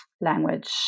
language